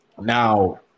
now